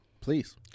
Please